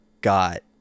got